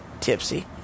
tipsy